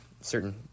certain